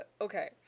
Okay